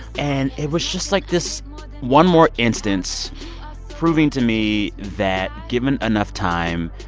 and it was just, like, this one more instance proving to me that, given enough time,